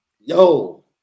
Yo